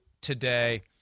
today